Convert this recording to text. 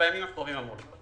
בימים הקרובים.